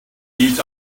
needs